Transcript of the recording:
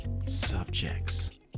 subjects